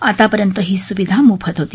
आतापर्यंत ही सुविधा मोफत होती